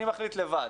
אני מחליט לבד.